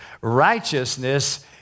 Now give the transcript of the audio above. Righteousness